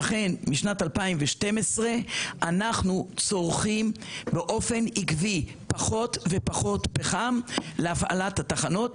שהחל משנת 2012 אנחנו צורכים באופן עקבי פחות ופחות פחם להפעלת התחנות.